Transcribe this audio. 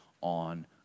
on